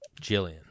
Jillian